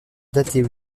dater